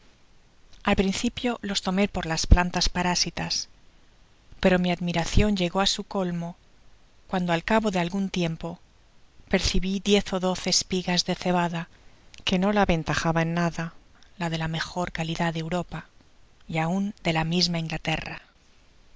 al principio los tomé por las plantas parásitas pero mi admiracion llegó á su colmo cuando al cabo de algun tiempo percibi diez ó doce espigas de cebada que no la aventajaba en nada la de la mejor calidad de europa y aun de la misma inglaterra